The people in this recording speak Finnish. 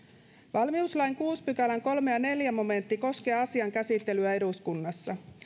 valmiuslain kuudennen pykälän kolme ja neljä momentti koskevat asian käsittelyä eduskunnassa